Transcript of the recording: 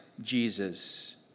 Jesus